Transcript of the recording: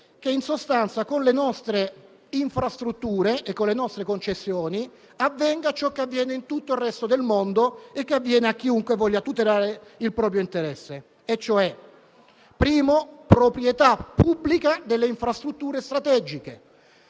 che, in sostanza, con le nostre infrastrutture e con le nostre concessioni, avvenga ciò che avviene in tutto il resto del mondo e che mette in atto chiunque voglia tutelare il proprio interesse. In primo luogo, chiediamo la proprietà pubblica delle infrastrutture strategiche;